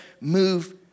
move